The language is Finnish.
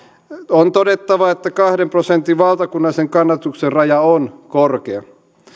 on todettava että kahden prosentin valtakunnallisen kannatuksen raja on korkea